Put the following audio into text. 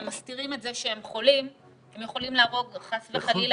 מסתירים את זה שהם חולים הם יכולים להרוג חס וחלילה